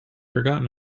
forgotten